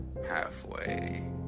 halfway